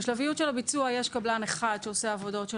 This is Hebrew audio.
בשלביות של הביצוע יש קבלן אחד שעושה עבודות של